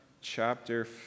chapter